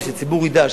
כדי שהציבור ידע,